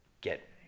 get